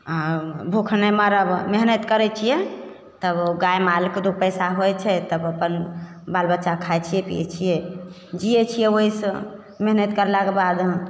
आओर भुखे नहि मरब मेहनति करै छिए तब गाइ मालके दुइ पइसा होइ छै तब अपन बाल बच्चा खाइ छिए पिए छिए जिए छिए ओहिसे मेहनति करलाके बाद